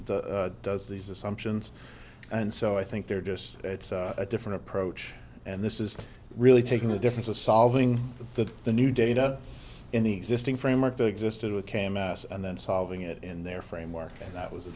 does does these assumptions and so i think they're just it's a different approach and this is really taking a difference of solving the the new data in the existing framework that existed or came out and then solving it in their framework and that was